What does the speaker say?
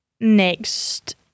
next